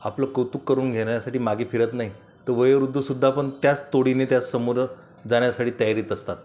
आपलं कौतुक करून घेण्यासाठी मागे फिरत नाही तो वयोवृद्धसुद्धा पण त्याच तोडीनं त्यासमोर जाण्यासाठी तयारीत असतात